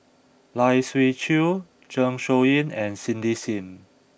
Lai Siu Chiu Zeng Shouyin and Cindy Sim